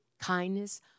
kindness